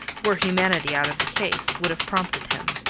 were humanity out of the case, would have prompted him.